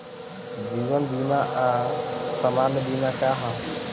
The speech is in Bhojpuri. जीवन बीमा आ सामान्य बीमा का ह?